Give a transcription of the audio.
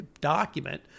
document